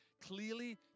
clearly